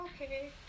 Okay